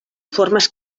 formes